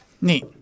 Neat